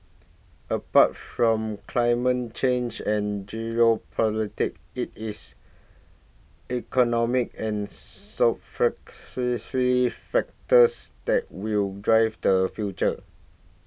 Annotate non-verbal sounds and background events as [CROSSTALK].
apart from climate change and geopolitics it is economic and [UNINTELLIGIBLE] factors that will drive the future